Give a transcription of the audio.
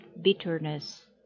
bitterness